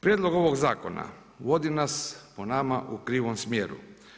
Prijedlog ovog zakona vodi nas po nama u krivom smjeru.